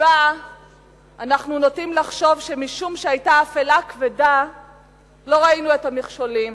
שבה אנחנו נוטים לחשוב שמשום שהיתה אפלה כבדה לא ראינו את המכשולים,